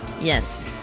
yes